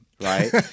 right